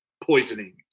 poisoning